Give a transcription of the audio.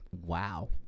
wow